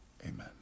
Amen